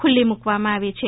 ખુલ્લી મૂકવામાં આવી છે